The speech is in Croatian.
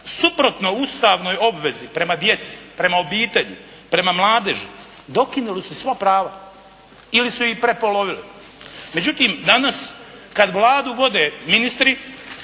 suprotno Ustavnoj obvezi prema djeci, prema obitelji, prema mladeži dokinuli su i sva prava ili su ih prepolovili, međutim danas kad Vladu vode ministri